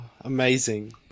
Amazing